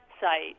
site